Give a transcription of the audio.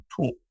tool